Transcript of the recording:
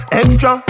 extra